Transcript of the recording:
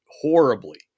horribly